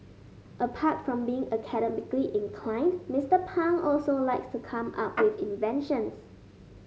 apart from being academically inclined Mister Pang also likes to come up with inventions